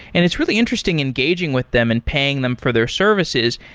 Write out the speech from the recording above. and it's really interesting engaging with them and paying them for their services,